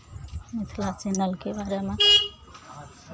मिथिला चैनलके बारेमे